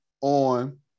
on